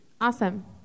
Awesome